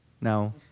now